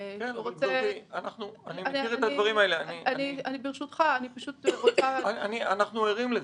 -- אני מכיר את הדברים האלה, אנחנו ערים לזה.